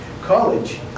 college